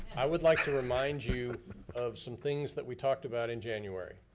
i would like to remind you of some things that we talked about in january.